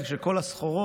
כשכל הסחורות